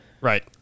Right